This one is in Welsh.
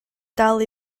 dal